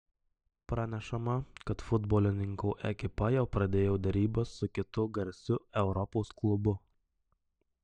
pranešama kad futbolininko ekipa jau pradėjo derybas su kitu garsiu europos klubu